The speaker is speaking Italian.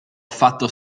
affatto